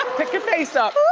pick your face up.